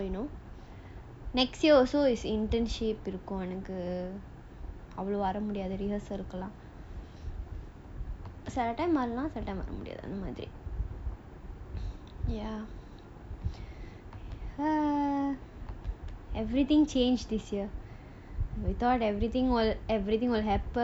next year also is internship இருக்கும் எனக்கு அவ்ளோ வர முடியாது சில:irukkum enakku avlo vara mudiyaathu sila time வரலாம் சில:varalaam sila time வர முடியாது:vara mudiyaathu everything changed this year we thought everything was everything will happen